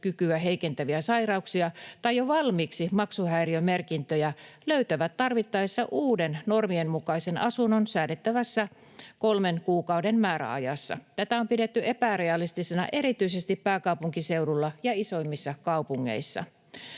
heikentäviä sairauksia tai jo valmiiksi maksuhäiriömerkintöjä, löytävät tarvittaessa uuden, normien mukaisen asunnon säädettävässä kolmen kuukauden määräajassa. Tätä on pidetty epärealistisena erityisesti pääkaupunkiseudulla ja isoimmissa kaupungeissa.